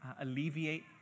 alleviate